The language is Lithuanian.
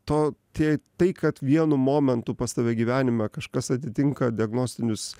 to tie tai kad vienu momentu pas tave gyvenime kažkas atitinka diagnostinius